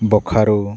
Bokaro